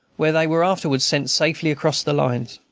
where they were afterwards sent safely across the lines.